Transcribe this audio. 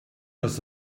das